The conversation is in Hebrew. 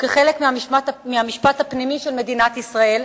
וכחלק מהמשפט הפנימי של מדינת ישראל,